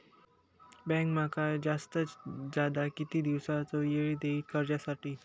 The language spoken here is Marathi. बँक माका जादात जादा किती दिवसाचो येळ देयीत कर्जासाठी?